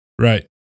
Right